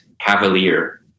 cavalier